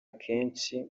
kenshi